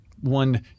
one